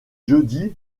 jeudi